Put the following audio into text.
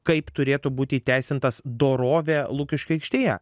kaip turėtų būti įteisintas dorovė lukiškių aikštėje